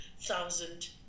thousand